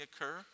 occur